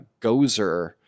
Gozer